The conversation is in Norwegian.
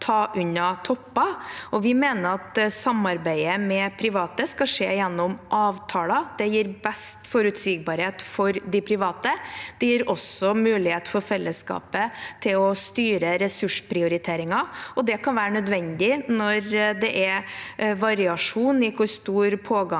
Vi mener at samarbeidet med private skal skje gjennom avtaler. Det gir best forutsigbarhet for de private. Det gir også mulighet for fellesskapet til å styre ressursprioriteringer, og det kan være nødvendig når det er variasjon i hvor stor pågangen er